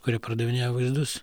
kuri pardavinėja vaizdus